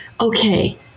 okay